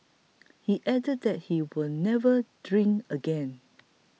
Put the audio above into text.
he added that he will never drink again